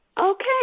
Okay